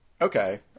Okay